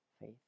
faith